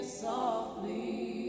softly